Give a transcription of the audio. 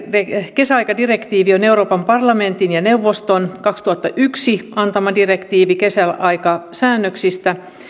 kesäaikadirektiivi on euroopan parlamentin ja neuvoston kaksituhattayksi antama direktiivi kesäaikasäännöksistä